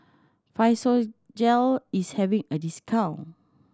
Physiogel is having a discount